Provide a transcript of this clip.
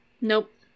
nope